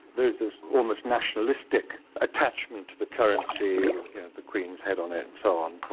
there almost nationalistic attachment to the currency with the queen's head on it and so on,